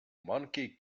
monkey